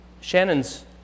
Shannon's